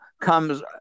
comes